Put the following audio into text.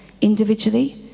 individually